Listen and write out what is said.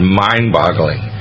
mind-boggling